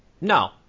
no